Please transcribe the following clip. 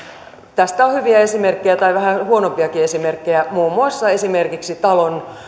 tästä on hyviä esimerkkejä tai vähän huonompiakin esimerkkejä muun muassa esimerkiksi talon